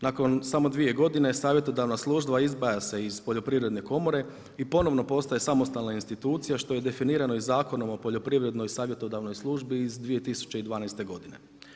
Nakon 2 godine savjetodavna služba, izdvaja se iz poljoprivredne komore i ponovno postaje samostalna institucija, što je definirano i Zakonom o poljoprivrednoj i savjetodavnoj službi iz 2012. godine.